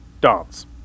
dance